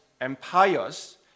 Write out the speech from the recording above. empires